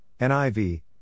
NIV